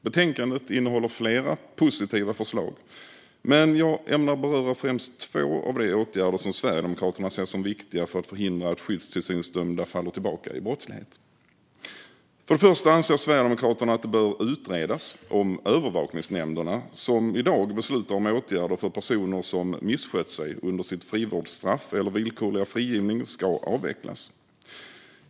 Betänkandet innehåller flera positiva förslag, men jag ämnar beröra främst två av de åtgärder som Sverigedemokraterna ser som viktiga för att förhindra att skyddstillsynsdömda faller tillbaka i brottslighet. För det första anser Sverigedemokraterna att det bör utredas om övervakningsnämnderna, som i dag beslutar om åtgärder för personer som misskött sig under sitt frivårdsstraff eller sin villkorliga frigivning, ska avvecklas.